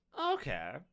Okay